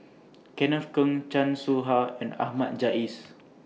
Kenneth Keng Chan Soh Ha and Ahmad Jais